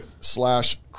slash